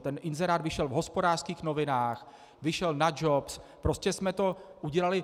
Ten inzerát vyšel v Hospodářských novinách, vyšel na Jobs, prostě jsme to udělali.